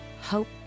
Hope